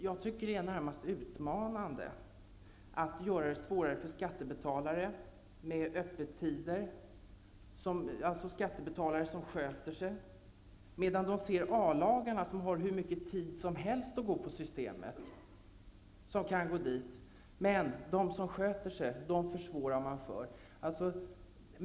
Jag tycker att det är närmast utmanande att göra det svårare när det gäller öppettider för skattebetalare som sköter sig, medan man ser hur A-lagare som har hur mycket tid som helst att gå på systemet kan gå dit. Men de som sköter sig försvårar man för.